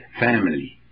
family